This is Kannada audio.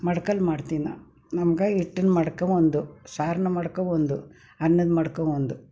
ಮಡ್ಕೆಲಿ ಮಾಡ್ತೀವಿ ನಾವು ನಮ್ಗೆ ಇಟ್ಟೀನಿ ಮಡ್ಕೆ ಒಂದು ಸಾರಿನ ಮಡ್ಕೆ ಒಂದು ಅನ್ನದ ಮಡ್ಕೆ ಒಂದು